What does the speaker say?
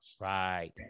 Right